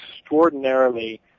extraordinarily